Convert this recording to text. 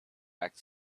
back